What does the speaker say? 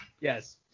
Yes